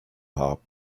hop